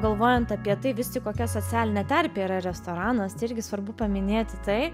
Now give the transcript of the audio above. galvojant apie tai vis tik kokia socialinė terpė yra restoranas irgi svarbu paminėti tai